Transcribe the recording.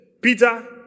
Peter